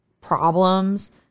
problems